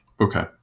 okay